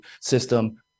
system